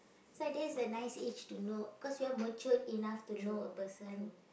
so I think it's a nice age to know cause you're matured enough to know a person